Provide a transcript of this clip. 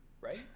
right